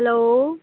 hello